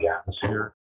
atmosphere